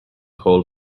hole